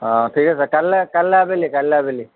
অঁ ঠিক আছে কাইলৈ কাইলৈ আবেলি কাইলৈ আবেলি